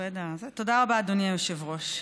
אדוני היושב-ראש.